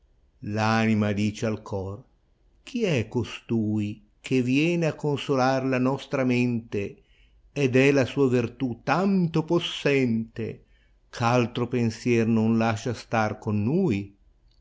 anima dice al cor chi è costoi che viene a consolar la nostra mente ed è la sua ver tu tanto possente ch altro pensier non lascia star con nai